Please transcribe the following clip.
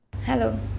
hello